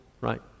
right